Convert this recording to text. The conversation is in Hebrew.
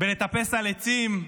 ולטפס על עצים,